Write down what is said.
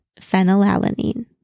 phenylalanine